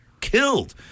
killed